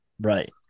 right